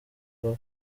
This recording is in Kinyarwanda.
mva